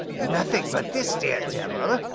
nothing but this, dear devil,